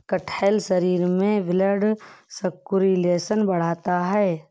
कटहल शरीर में ब्लड सर्कुलेशन बढ़ाता है